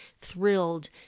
thrilled